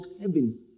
heaven